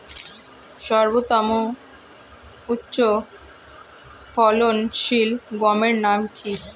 সর্বতম উচ্চ ফলনশীল গমের নাম কি?